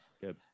Good